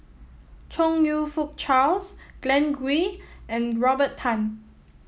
Chong You Fook Charles Glen Goei and Robert Tan